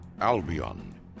Albion